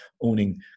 owning